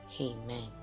Amen